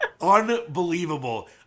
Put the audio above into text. Unbelievable